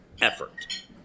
effort